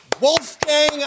Wolfgang